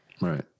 Right